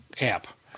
app